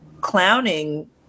clowning